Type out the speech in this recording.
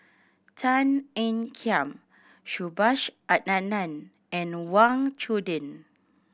Tan Ean Kiam Subhas Anandan and Wang Chunde